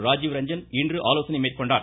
ராஜீவ் ரஞ்சன் இன்று ஆலோசனை மேற்கொண்டார்